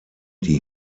die